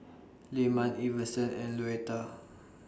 Lyman Iverson and Luetta